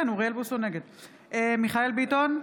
נגד מיכאל מרדכי ביטון,